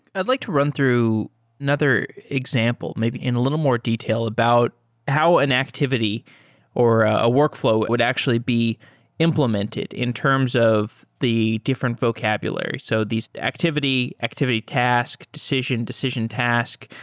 i'd like to run through another example, maybe in a little more detail about how an activity or a workflow would actually be implemented in terms of the different vocabularies, so this activity, activity task, decision, decision task.